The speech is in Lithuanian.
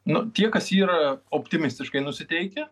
nu tie kas yra optimistiškai nusiteikę